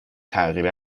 تغییر